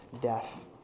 death